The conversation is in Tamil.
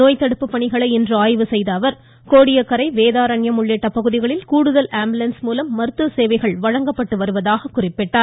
நோய்தடுப்பு பணிகளை ஆய்வு செய்த அவர் கோடியக்கரை வேதாரண்யம் உள்ளிட்ட பகுதிகளில் கூடுதல் ஆம்புலன்ஸ் மூலம் மருத்துவ சேவைகள் வழங்கப்பட்டு வருவதாக குறிப்பிட்டார்